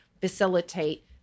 facilitate